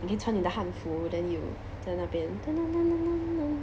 你可以穿你的汉服 then you 在那边